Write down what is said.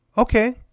Okay